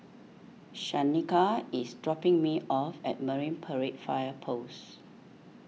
Shaneka is dropping me off at Marine Parade Fire Post